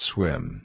Swim